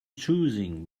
choosing